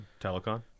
Telecon